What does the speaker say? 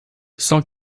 cent